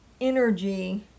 energy